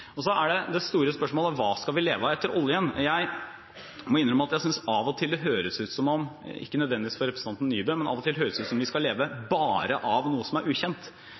Så er det det store spørsmålet: Hva skal vi leve av etter oljen? Jeg må innrømme at jeg av og til synes det høres ut som om – ikke nødvendigvis fra representanten Nybø – vi skal leve bare av noe som er ukjent.